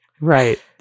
right